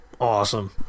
Awesome